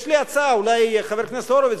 יש לי הצעה: חבר הכנסת הורוביץ,